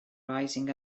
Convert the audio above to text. rising